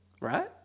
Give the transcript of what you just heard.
Right